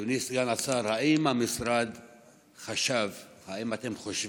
אדוני סגן השר, האם המשרד חשב, האם אתם חושבים,